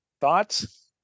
thoughts